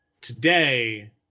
today